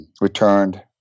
returned